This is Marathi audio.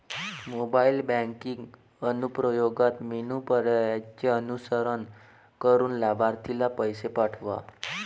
मोबाईल बँकिंग अनुप्रयोगात मेनू पर्यायांचे अनुसरण करून लाभार्थीला पैसे पाठवा